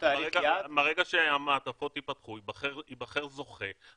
מרגע שהמעטפות יפתחו וייבחר זוכה,